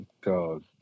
God